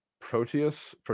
Proteus